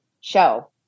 show